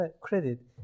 credit